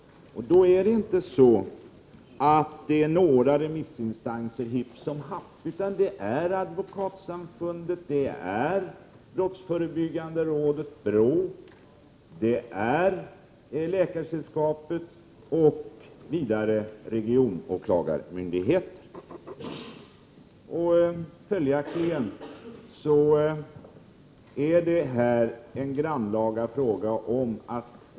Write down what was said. Och det är inte fråga om några remissinstanser vilka som helst som är emot det nya förslaget, utan det är Advokatsamfundet, det är brottsförebyggande rådet, BRÅ, det är Läkaresällskapet och det är regionåklagarmyndigheter. Följaktligen är detta en grannlaga fråga.